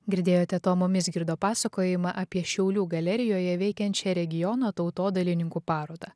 girdėjote tomo mizgirdo pasakojimą apie šiaulių galerijoje veikiančią regiono tautodailininkų parodą